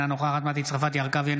אינה נוכחת מטי צרפתי הרכבי,